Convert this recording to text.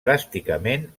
dràsticament